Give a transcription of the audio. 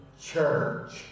Church